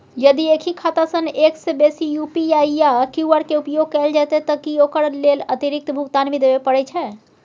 यदि एक ही खाता सं एक से बेसी यु.पी.आई या क्यू.आर के उपयोग कैल जेतै त की ओकर लेल अतिरिक्त भुगतान भी देबै परै छै?